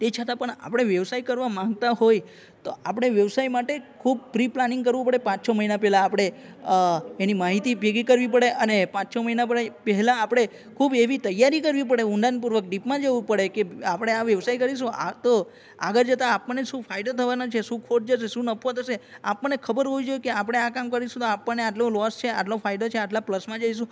તે છતાં પણ આપણે વ્યવસાય કરવા માંગતા હોય તો આપણે વ્યવસાય માટે ખૂબ પ્રી પ્લાનિંગ કરવું પડે પાંચ છ મહિના પહેલાં આપણે એની માહિતી ભેગી કરવી પડે અને પાંચ મહિના પહેલાં આપણે ખૂબ એવી તૈયારી કેવી પડે ઊંડાણપુર્વક ડીપમાં જવું પડે કે આપણે આ વ્યવસાય કરીશું આ તો આગળ જતાં આપણને શું ફાયદો થવાના છે શું ખોટ જશે શું નફો થશે આપણને ખબર હોવી જોઈએ કે આપણે આ કામ કરીશું તો આપણને આટલો લોસ છે આટલો ફાયદો છે આટલા પ્લસમાં જઈશું